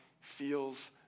feels